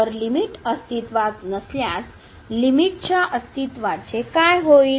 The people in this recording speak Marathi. तर लिमिट अस्तित्वात नसल्यास लिमिट च्या अस्तित्वाचे काय होईल